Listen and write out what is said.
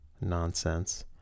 nonsense